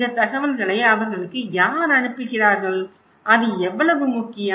இந்த தகவல்களை அவர்களுக்கு யார் அனுப்புகிறார்கள் அது எவ்வளவு முக்கியம்